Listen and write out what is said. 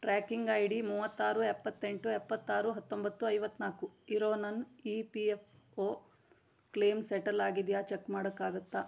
tracking I D ಮೂವತ್ತಾರು ಎಪ್ಪತ್ತೆಂಟು ಎಪ್ಪತ್ತಾರು ಹತ್ತೊಂಬತ್ತು ಐವತ್ತನಾಲ್ಕು ಇರೋ ನನ್ನ E P F O claim settle ಆಗಿದೆಯಾ ಚೆಕ್ ಮಾಡೋಕ್ಕಾಗುತ್ತಾ